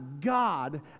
God